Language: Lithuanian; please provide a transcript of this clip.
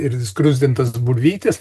ir gruzdintas bulvytes